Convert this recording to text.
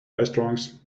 restaurants